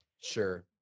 Sure